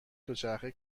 دوچرخه